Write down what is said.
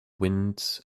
winds